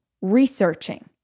researching